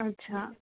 अच्छा